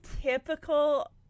typical